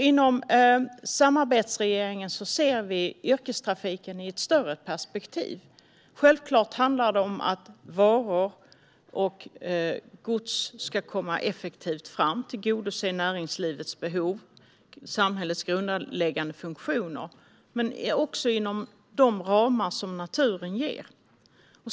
Inom samarbetsregeringen ser vi nämligen yrkestrafiken i ett större perspektiv. Självklart handlar det om att varor och gods ska komma fram effektivt. Man ska tillgodose näringslivets behov och samhällets grundläggande funktioner. Men det ska också göras inom de ramar som naturen ger.